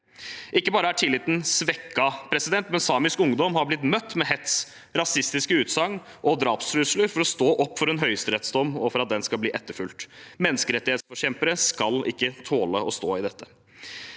Ikke bare er tilliten svekket, men samisk ungdom har blitt møtt med hets, rasistiske utsagn og drapstrusler for å stå opp for en høyesterettsdom og for at den skal bli etterfulgt. Menneskerettsforkjempere skal ikke måtte tåle å stå i dette.